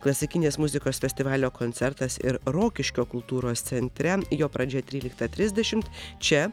klasikinės muzikos festivalio koncertas ir rokiškio kultūros centre jo pradžia tryliktą trisdešimt čia